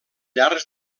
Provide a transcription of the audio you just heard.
llar